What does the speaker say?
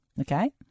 Okay